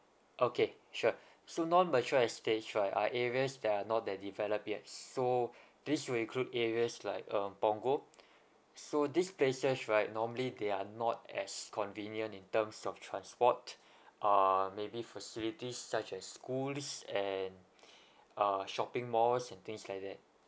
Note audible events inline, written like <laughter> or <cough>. okay sure so non mature estates right are areas that are not that developed yet so <breath> these will include areas like um punggol so these places right normally they are not as convenient in terms of transport <breath> uh maybe facilities such as schools and <breath> uh shopping malls and things like that